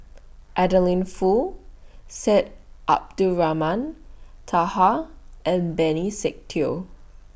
Adeline Foo Syed Abdulrahman Taha and Benny Se Teo